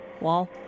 Wall